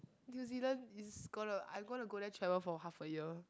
New Zealand is gonna I gonna go there travel for half a year